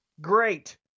Great